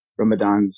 Ramadans